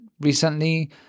recently